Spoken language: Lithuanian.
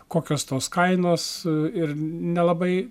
kokios tos kainos ir nelabai